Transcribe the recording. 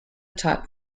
taught